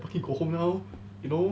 fucking go home now you know